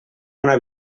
una